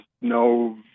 no